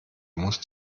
musst